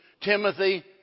Timothy